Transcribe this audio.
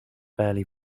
barely